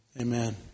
Amen